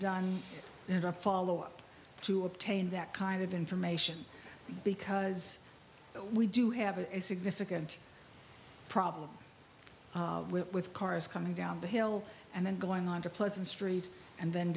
of follow up to obtain that kind of information because we do have a significant problem with cars coming down the hill and then going on to pleasant street and then